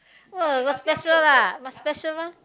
!wah! got special lah must special one